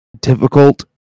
difficult